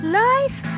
life